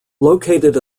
located